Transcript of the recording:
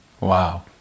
Wow